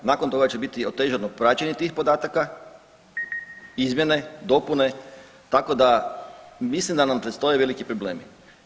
Nakon toga će biti otežano praćenje tih podataka, izmjene, dopune tako da mislim da nam predstoje veliki problemi.